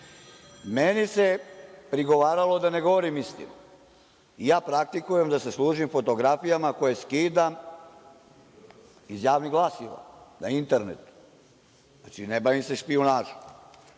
Meni se prigovaralo da ne govorim istinu. Ja praktikujem da se služim fotografijama koje skidam iz javnih glasila, na internetu. Znači, ne bavim se špijunažom. Zbog